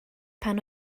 pan